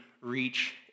reach